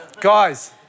Guys